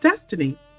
Destiny